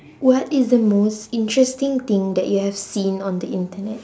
what is the most interesting thing that you have seen on the internet